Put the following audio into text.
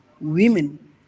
women